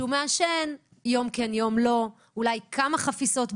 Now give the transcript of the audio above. הוא מעשן יום כן יום לא, אולי כמה חפיסות ביום.